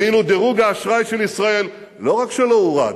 ואילו דירוג האשראי של ישראל לא רק שלא הורד,